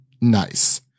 nice